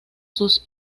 sus